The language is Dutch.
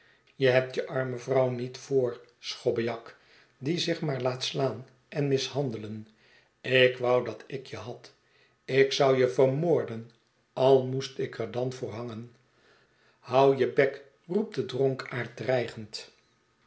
je hebt je arme vrouw niet voor schobbejak die zich maar laat slaan en mishandelen ik wou dat ik je had ik zou je vermoorden al moestik er dan voor hangen hou jebek roeptde dronkaard dreigend